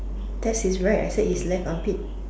that's his right I said his left armpit